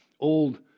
old